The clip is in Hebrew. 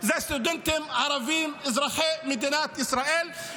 זה סטודנטים ערבים אזרחי מדינת ישראל,